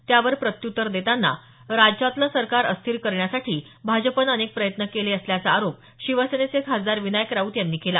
त्यावर प्रत्युत्तर देताना राज्यातलं सरकार अस्थिर करण्यासाठी भाजपानं अनेक प्रयत्न केले असल्याचा आरोप शिवसेनेचे खासदार विनायक राऊत यांनी केला